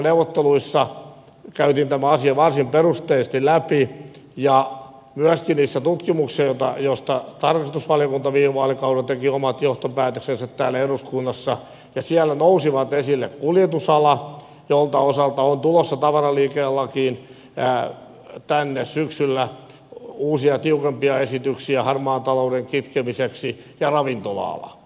hallitusohjelmaneuvotteluissa käytiin tämä asia varsin perusteellisesti läpi ja myöskin niissä tutkimuksissa joista tarkastusvaliokunta viime vaalikaudella teki omat johtopäätöksensä täällä eduskunnassa ja siellä nousivat esille kuljetusala jonka osalta on tulossa tavaraliikennelakiin tänne syksyllä uusia tiukempia esityksiä harmaan talouden kitkemiseksi ja ravintola ala